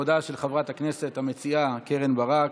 לכבודה של חברת הכנסת המציעה, קרן ברק.